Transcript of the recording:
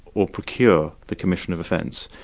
or procure the commission of offence.